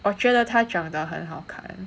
我觉得他长得很好看